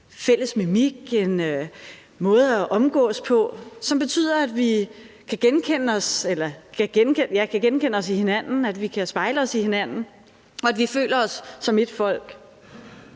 en fælles mimik, en måde at omgås på, som betyder, at vi kan genkende os i hinanden, at vi kan spejle os i hinanden, og at vi føler os som ét folk.